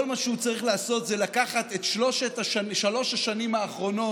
כל מה שהוא צריך לעשות זה לקחת את שלוש השנים האחרונות